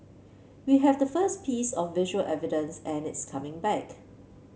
we have the first piece of visual evidence and it's coming back